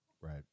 Right